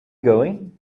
going